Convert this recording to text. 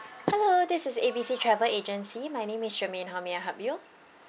hello this is A B C travel agency my name is germaine how may I help you